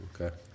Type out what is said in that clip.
Okay